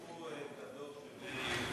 אדוני,